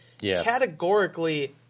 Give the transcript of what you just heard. categorically